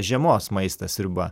žiemos maistas sriuba